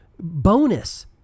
bonus